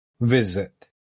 visit